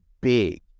big